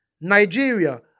Nigeria